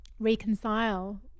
reconcile